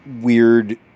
weird